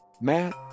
Matt